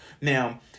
Now